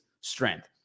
strength